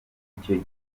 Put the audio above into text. icyo